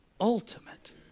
ultimate